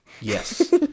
Yes